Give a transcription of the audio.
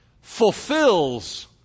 fulfills